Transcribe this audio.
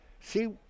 see